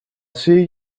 see